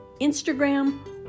Instagram